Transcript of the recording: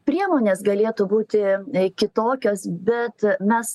priemonės galėtų būti kitokios bet mes